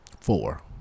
Four